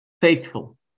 faithful